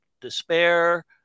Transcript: despair